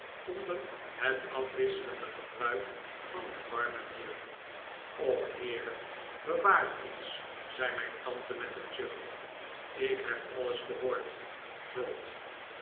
onder het afwisselende gebruik van het warme bier och heere bewaar ons zei mijn tante met een zucht ik heb alles gehoord trot